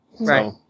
Right